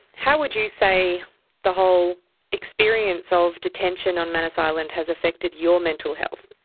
how would you say the whole experience of detention on manus island has affected your mental health?